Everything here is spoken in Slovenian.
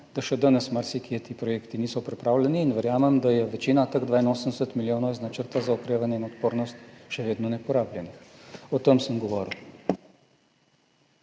da še danes marsikje ti projekti niso pripravljeni, in verjamem, da je večina teh 82 milijonov iz Načrta za okrevanje in odpornost še vedno neporabljenih. O tem sem govoril.